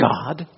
God